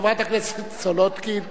חברת הכנסת סולודקין,